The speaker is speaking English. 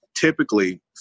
Typically